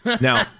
Now